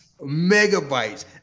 megabytes